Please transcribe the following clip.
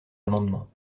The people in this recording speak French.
amendement